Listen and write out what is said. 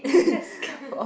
task